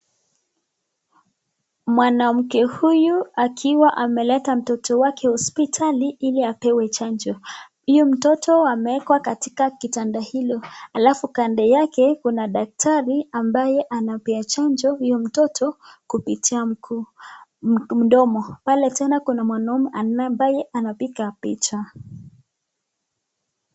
Mwanamke huyu akiwa ameleta mtoto wake hospitali ili apewe chanjo huyu mtoto amewekwa katika kitanda hilo alafu kando yake kuna daktari ambaye anapea chanjo huyo mtoto kupitia mdomo. Pale tena kuna mwanaume ambaye anapiga picha.